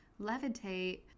levitate